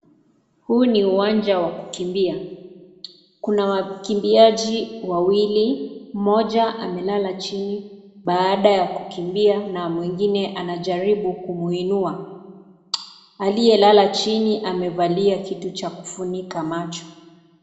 Huu ni uwanja wa kukimbia kuna wakimbiaji wawili mmoja amelala chini baada ya kukimbia na mwingine anajaribu kumuinua, aliyelala chini amevalia kitu cha kufunika macho.